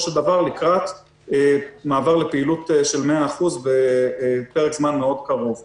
של דבר לקראת מעבר לפעילות של 100% בפרק זמן קרוב מאוד.